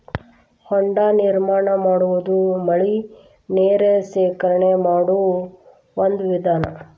ಹೊಂಡಾ ನಿರ್ಮಾಣಾ ಮಾಡುದು ಮಳಿ ನೇರ ಶೇಖರಣೆ ಮಾಡು ಒಂದ ವಿಧಾನಾ